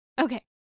Okay